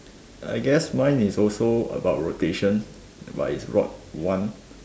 I guess mine is also about rotation but is rot one